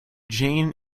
jane